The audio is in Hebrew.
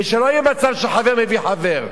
ושלא יהיה מצב שחבר מביא חבר.